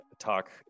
talk